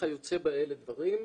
וכיוצא באלה דברים.